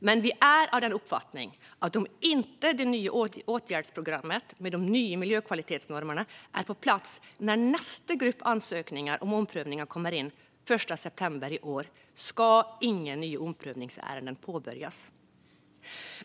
Men vi är av den uppfattningen att om inte det nya åtgärdsprogrammet, med de nya miljökvalitetsnormerna, är på plats när nästa grupp ansökningar om omprövning kommer in den 1 september i år ska inga nya omprövningsärenden påbörjas.